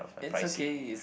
it's okay it's